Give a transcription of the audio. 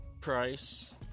price